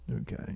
Okay